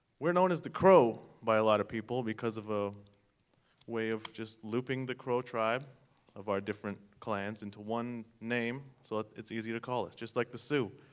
we're known as the crow by a lot of people because of the ah way of just looping the crow tribe of our different clans into one name so it's easier to call us. just like the sioux.